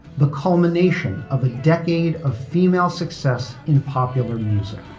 the culmination of a decade of female success in popular music.